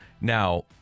Now